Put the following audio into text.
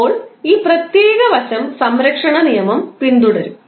ഇപ്പോൾ ഈ പ്രത്യേക വശം സംരക്ഷണ നിയമം പിന്തുടരുo